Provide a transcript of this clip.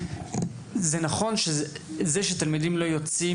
נכון שזה שתלמידים לא יוצאים,